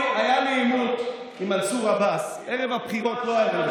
למה לא עשית שירות לאומי?